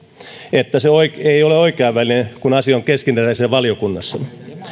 että se ei ole oikea väline kun asia on keskeneräisenä valiokunnassa